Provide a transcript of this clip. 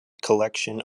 collection